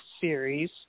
Series